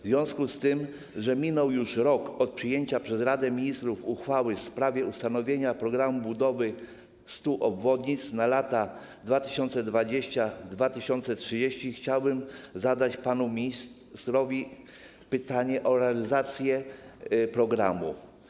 W związku z tym, że minął już rok od przyjęcia przez Radę Ministrów uchwały w sprawie ustanowienia ˝Programu budowy 100 obwodnic na lata 2020-2030˝, chciałbym zadać panu ministrowi pytanie o realizację programu.